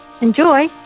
Enjoy